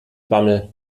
bammel